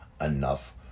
enough